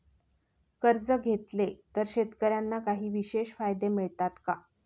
कर्ज घेतले तर शेतकऱ्यांना काही विशेष फायदे मिळतात का?